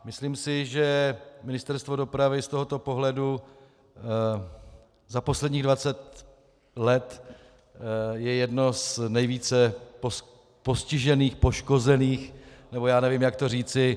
Myslím si, že Ministerstvo dopravy z tohoto pohledu za posledních dvacet let je jedno z nejvíce postižených, poškozených, nebo já nevím, jak to říct.